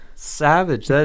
Savage